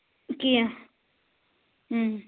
کیٚنہہ اۭں